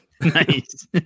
Nice